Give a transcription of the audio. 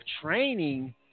training